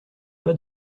pas